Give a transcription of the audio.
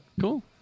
Cool